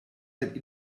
that